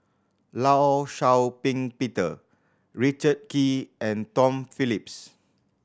Law Shau Ping Peter Richard Kee and Tom Phillips